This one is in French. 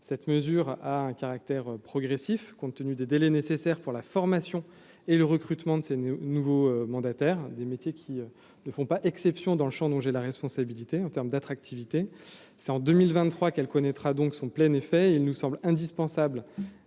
cette mesure a un caractère progressif, compte tenu des délais nécessaires pour la formation et le recrutement de ces nouveaux mandataires des métiers qui ne font pas exception dans le Champ, dont j'ai la responsabilité en terme d'attractivité, c'est en 2023 qu'elle connaîtra donc son plein effet, il nous semble indispensable